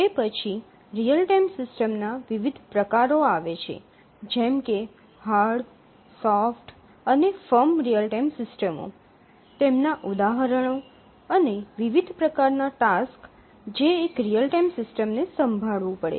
તે પછી real time સિસ્ટમ્સના વિવિધ પ્રકારો આવે છે જેમ કે હાર્ડ સોફ્ટ અને ફર્મ રીઅલ ટાઇમ સિસ્ટમો તેમના ઉદાહરણો અને વિવિધ પ્રકારનાં ટાસક્સ જે એક રીઅલ ટાઇમ સિસ્ટમને સંભાળવું પડે